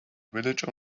village